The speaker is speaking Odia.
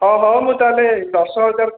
ହଉ ହଉ ମୁଁ ତାହାଲେ ଦଶ ହଜାର